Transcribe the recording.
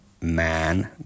man